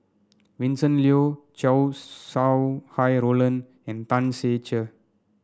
Vincent Leow Chow Sau Hai Roland and Tan Ser Cher